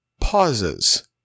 pauses